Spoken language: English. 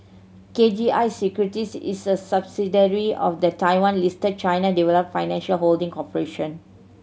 K G I Securities is a subsidiary of the Taiwan Listed China Development Financial Holding Corporation